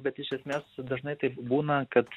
bet iš esmės dažnai taip būna kad